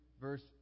verse